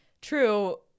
true